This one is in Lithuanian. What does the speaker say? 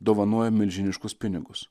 dovanoja milžiniškus pinigus